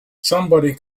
somebody